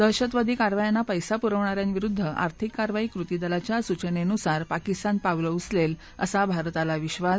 दहशतवादी कारवायांना पैसा पुरवणाऱ्यांविरुद्ध आर्थिक कारवाई कृती दलाच्या सूवनेनुसार पाकिस्तान पावलं उचलेल असा भारताला विश्वास